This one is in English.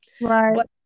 Right